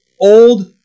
Old